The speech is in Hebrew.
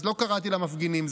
אז לא קראתי למפגינים,